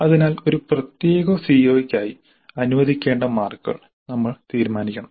അതിനാൽ ഒരു പ്രത്യേക CO യ്ക്കായി അനുവദിക്കേണ്ട മാർക്കുകൾ നമ്മൾ തീരുമാനിക്കണം